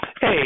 Hey